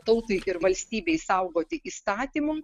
tautai ir valstybei saugoti įstatymu